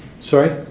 Sorry